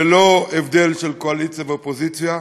ללא הבדל של קואליציה ואופוזיציה,